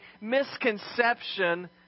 misconception